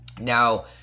Now